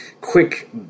quick